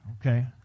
okay